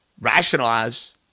rationalize